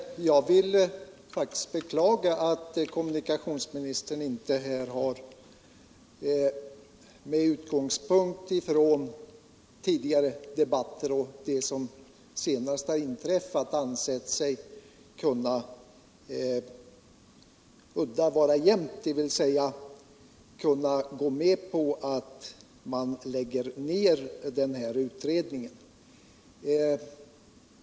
Herr talman! Jag vill faktiskt beklaga att kommunikationsministern inte här, med utgångspunkt i tidigare debatter och ställningstaganden och det som senast har inträffat, har ansett sig kunna låta udda vara jämnt genom att gå med på att man lägger ned utredningen.